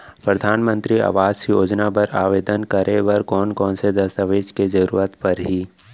परधानमंतरी आवास योजना बर आवेदन करे बर कोन कोन से दस्तावेज के जरूरत परही?